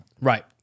Right